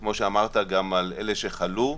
וכמו שאמרת גם על אלה שחלו,